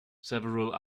several